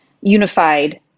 unified